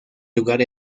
lugar